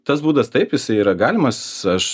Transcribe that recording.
tas būdas taip jisai yra galimas aš